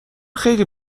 خیلی